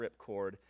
ripcord